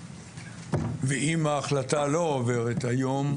במידה וההחלטה לא עוברת היום,